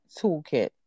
toolkit